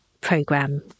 program